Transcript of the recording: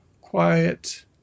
quiet